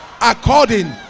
according